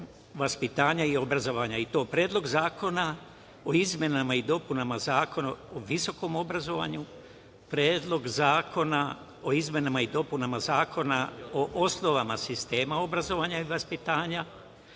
i obrazovanja, i to Predlog zakona o izmenama i dopunama Zakona o visokom obrazovanju, Predlog zakona o izmenama i dopunama Zakona o osnovama sistema obrazovanja i vaspitanja,